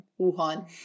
Wuhan